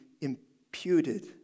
imputed